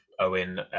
Owen